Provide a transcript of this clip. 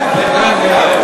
כך זה יראה.